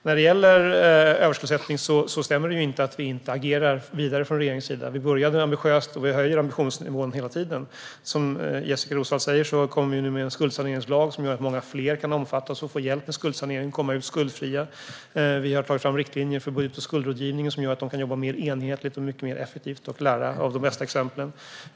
När det gäller överskuldsättning stämmer det inte att vi inte agerar vidare från regeringens sida. Vi började ambitiöst, och vi höjer ambitionsnivån hela tiden. Som Jessika Roswall säger kommer vi nu med en skuldsaneringslag som gör att många fler kan omfattas, få hjälp med skuldsanering och komma ut skuldfria. Vi har tagit fram riktlinjer för budget och skuldrådgivningen som gör att de kan jobba mer enhetligt, mycket mer effektivt och lära av de bästa exemplen.